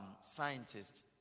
scientists